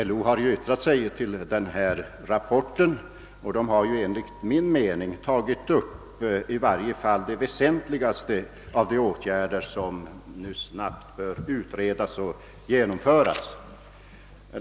LO har i sitt yttrande över rapporten enligt min mening tagit upp i varje fall de väsentligaste av de åtgärder som nu snarast bör utredas och genomföras.